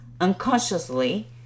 unconsciously